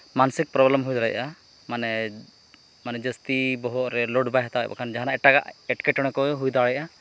ᱢᱟᱹᱱᱥᱤᱠ problem ᱢᱟᱱᱮ ᱡᱟᱹᱥᱛᱤ ᱵᱚᱦᱚᱜ ᱨᱮ ᱞᱳᱰ ᱵᱟᱭ ᱦᱟᱛᱟᱣ ᱠᱷᱟᱱ ᱡᱟᱦᱟᱱᱟᱜ ᱮᱴᱟᱜᱟᱜ ᱮᱴᱠᱮᱴᱚᱬᱮ ᱠᱚ ᱦᱩᱭ ᱫᱟᱲᱮᱭᱟᱜᱼᱟ